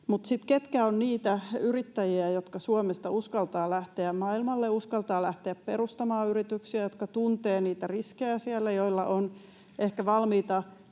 Mutta sitten, ketkä ovat niitä yrittäjiä, jotka Suomesta uskaltavat lähteä maailmalle, uskaltavat lähteä perustamaan yrityksiä, jotka tuntevat niitä riskejä siellä ja joilla on ehkä valmiita